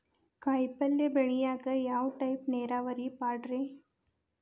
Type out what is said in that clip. ಕಾಯಿಪಲ್ಯ ಬೆಳಿಯಾಕ ಯಾವ ಟೈಪ್ ನೇರಾವರಿ ಪಾಡ್ರೇ?